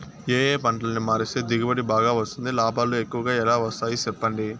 ఏ ఏ పంటలని మారిస్తే దిగుబడి బాగా వస్తుంది, లాభాలు ఎక్కువగా ఎలా వస్తాయి సెప్పండి